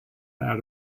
out